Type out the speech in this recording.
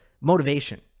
Motivation